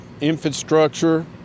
infrastructure